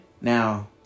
Now